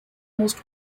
most